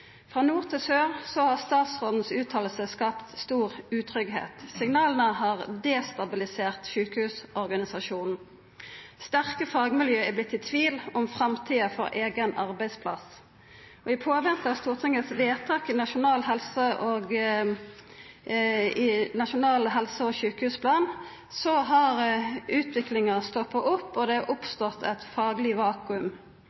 Fra nord til sør har statsrådens uttale skapt stor utryggleik. Signala har destabilisert sjukehusorganisasjonen. Sterke fagmiljø har vorte i tvil om framtida for eigen arbeidsplass. I påvente av Stortingets vedtak i samband med Nasjonal helse- og sjukehusplan har utviklinga stoppa opp, og det har oppstått eit fagleg vakuum.